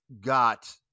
got